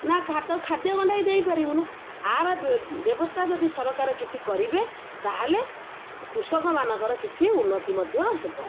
ନା ଖା ଖାଦ୍ୟ ଗଣ୍ଡାଇ ଦେଇପାରିବୁନୁ ଆର ବ୍ୟବସ୍ଥା ଯଦି ସରକାର କିଛି କରିବେ ତାହେଲେ କୃଷକମାନଙ୍କର କିଛି ଉନ୍ନତି ମଧ୍ୟ ହେବ